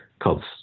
called